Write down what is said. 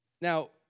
Now